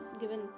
given